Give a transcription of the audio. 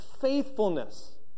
faithfulness